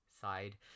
side